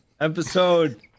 episode